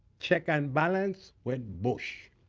check and balance went bush.